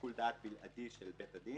לשיקול דעת בלעדי של בית הדין,